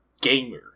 gamer